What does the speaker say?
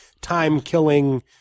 time-killing